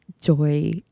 joy